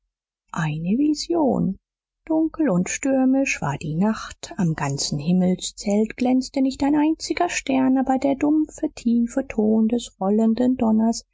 eine vision dunkel und stürmisch war die nacht am ganzen himmelszelt glänzte nicht ein einziger stern aber der dumpfe tiefe ton des rollenden donners